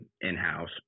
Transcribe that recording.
in-house